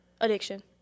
addiction